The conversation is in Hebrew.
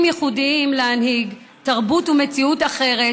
ייחודיים להנהיג תרבות ומציאות אחרת,